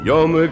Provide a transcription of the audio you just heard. Yom